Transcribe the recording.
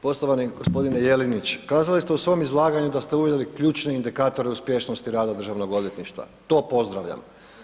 Poštovani gospodine Jelinić, kazali ste u svom izlaganju da ste uveli ključne indikatore uspješnosti rada državnog odvjetništva, to pozdravljam.